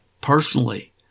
personally